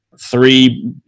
three